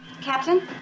Captain